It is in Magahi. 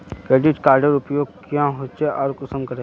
क्रेडिट कार्डेर उपयोग क्याँ होचे आर कुंसम करे?